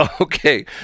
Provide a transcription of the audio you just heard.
okay